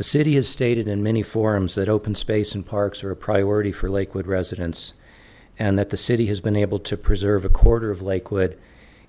the city has stated in many forums that open space and parks are a priority for lakewood residents and that the city has been able to preserve a quarter of lakewood